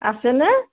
আছে নে